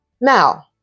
Now